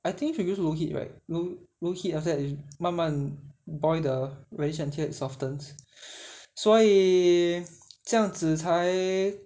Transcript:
I think you should use low heat right low low heat after that you 慢慢 boil the radish until it's soften 所以这样子才